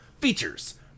Features